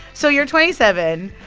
so you're twenty seven.